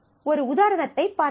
ஒரு உதாரணத்தைப் பார்ப்போம்